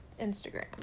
Instagram